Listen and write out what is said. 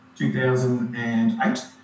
2008